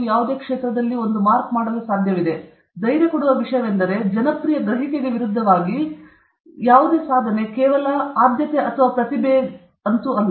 ಆದ್ದರಿಂದ ಇದು ಧೈರ್ಯಕೊಡುವ ವಿಷಯವೆಂದರೆ ಜನಪ್ರಿಯ ಗ್ರಹಿಕೆಗೆ ವಿರುದ್ಧವಾಗಿ ಇದು ಕೇವಲ ಆದ್ಯತೆ ಅಥವಾ ಪ್ರತಿಭೆ ಅಲ್ಲ